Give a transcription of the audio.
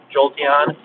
Jolteon